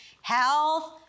health